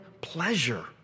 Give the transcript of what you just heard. pleasure